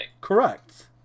correct